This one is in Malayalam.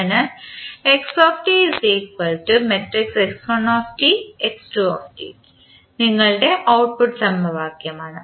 അതിനാൽ നിങ്ങളുടെ ഔട്ട്പുട്ട് സമവാക്യമാണ്